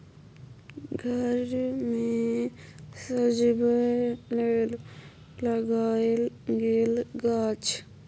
घर मे सजबै लेल लगाएल गेल गाछ